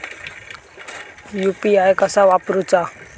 UPI कसा वापरूचा?